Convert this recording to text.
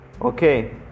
Okay